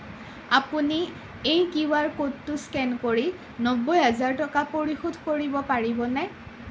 আপুনি এই Q R ক'ডটো স্কেন কৰি নব্বৈ হাজাৰ টকা পৰিশোধ কৰিব পাৰিবনে